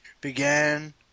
began